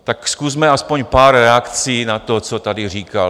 Tak zkusme aspoň pár reakcí na to, co tady říkal.